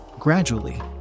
Gradually